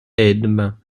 edme